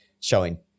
showing